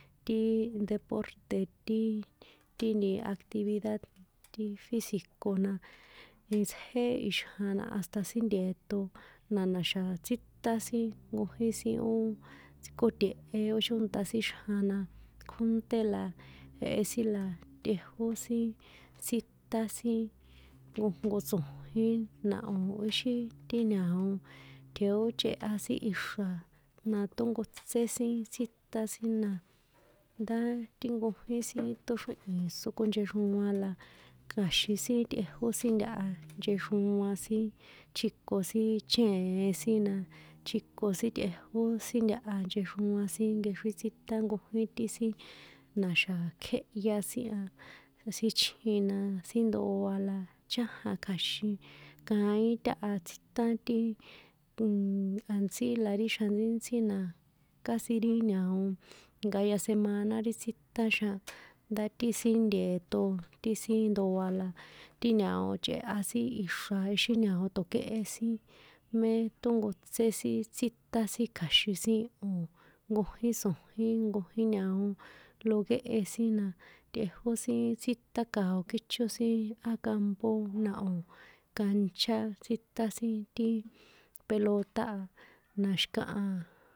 Ti deporte tiii, ti nti actividad ti físico na, itsjé ixjan la hasta síntie̱ṭo na na̱xa̱ tsíṭán sin nkojín sin ó tsjíkote̱he̱ ó chónṭa sin xjan na, kjónṭé la jehe la, tꞌejó sin tsíṭán sin, nkojnko so̱jín na o̱ íxi ti ña̱o tjeóchꞌeha sin ixra̱, na ṭónkotsé sin tsjíṭán sin na, ndá ti nkojín sin ṭóxríhi̱n sokonchexroan la kja̱xin sin tꞌejó sin ntaha nchexroan sin, tjiko sin chièen sin na, tjiko sin tꞌejó sin ntaha nchexroan sin nkexrín tsíṭán nkojón ti sin na̱xa̱ kjéhya sin a, síchjin na síndoa la chájan kja̱xin, kaín táha tsjíṭán ti nnnn a̱ntsí la xjan ntsíntsí na, kasi ri ña̱o nkaya semana ri tsíṭán xjan ndá ti sin nteṭo ti sin ndoa la, ti ña̱o chꞌeha sin ixra̱ íxi ña̱o ṭo̱kꞌéhe sin mé ṭónkotsé sin tspiṭán sin kja̱xin sin, o̱ nkojín so̱jín nkojín ña̱o loguehe sin na, tꞌejó sin tsjíṭákao kíchó sin a campo na o̱ cancha tsíṭán sin ti pelota a. na xi̱kaha.